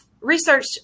research